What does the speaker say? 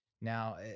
Now